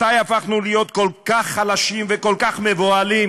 מתי הפכנו להיות כל כך חלשים וכל כך מבוהלים